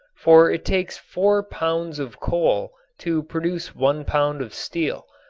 for it takes four pounds of coal to produce one pound of steel,